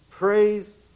Praise